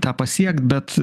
tą pasiekt bet